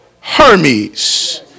Hermes